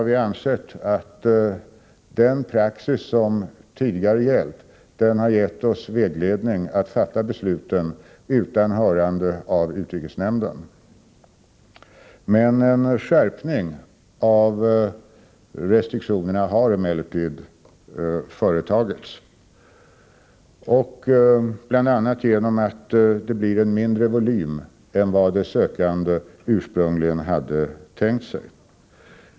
Vi ansåg att den praxis som tidigare har gällt gav oss vägledning att fatta besluten utan hörande av utrikesnämnden. En skärpning av restriktionerna har emellertid företagits, bl.a. genom att det blir en mindre volym än vad de sökande ursprungligen hade tänkt sig.